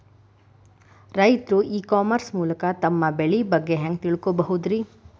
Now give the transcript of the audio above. ರೈತರು e commerce ಮೂಲಕ ತಮ್ಮ ಬೆಳಿ ಬಗ್ಗೆ ಹ್ಯಾಂಗ ತಿಳ್ಕೊಬಹುದ್ರೇ?